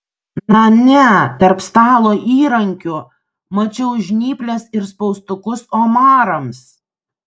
na ne tarp stalo įrankių mačiau žnyples ir spaustukus omarams